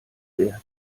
wert